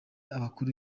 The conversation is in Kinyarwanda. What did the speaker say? abakuru